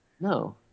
No